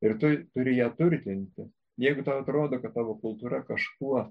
ir tu turi ją turtinti jeigu tau atrodo kad tavo kultūra kažkuo